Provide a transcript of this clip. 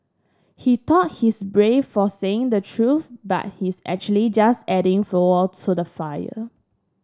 he thought he's brave for saying the truth but he's actually just adding fuel to the fire